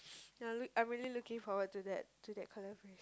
ya I'm I'm really looking forward to that to that collaboration